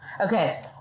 okay